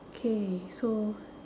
okay so